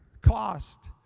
cost